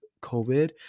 COVID